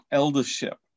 eldership